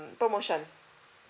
promotion